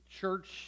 Church